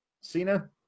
Cena